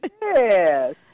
Yes